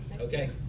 Okay